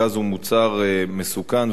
גז הוא מוצר מסוכן,